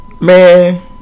Man